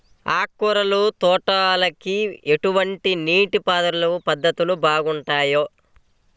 ఆకుకూరల తోటలకి ఎటువంటి నీటిపారుదల పద్ధతులు బాగుంటాయ్?